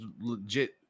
legit